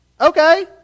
Okay